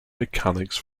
mechanics